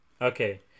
okay